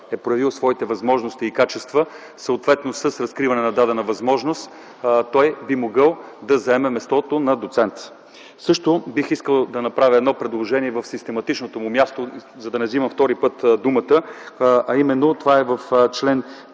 е проявил своите възможности и качества, съответно с разкриване на дадена възможност, би могъл да заеме местото на доцент. Бих искал също да направя едно предложение в систематичното му място, за да не вземам втори път думата, а именно това е в чл.